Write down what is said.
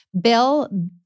Bill